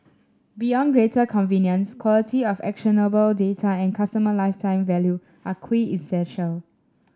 beyond greater convenience quality of actionable data and customer lifetime value are quintessential